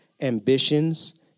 ambitions